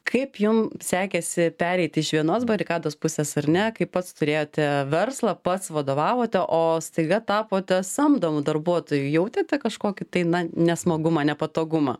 kaip jum sekėsi pereiti iš vienos barikados pusės ar ne kai pats turėjote verslą pats vadovavote o staiga tapote samdomu darbuotoju jautėte kažkokį tai na nesmagumą nepatogumą